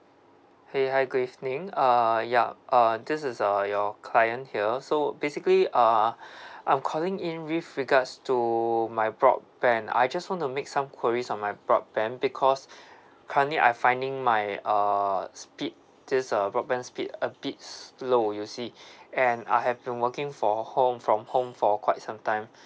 !hey! hi good evening uh ya uh this is uh your client here so basically uh I'm calling in with regards to my broadband I just want to make some queries on my broadband because currently I finding my err speed this uh broadband speed a bit slow you see and I have been working for home from home for quite some time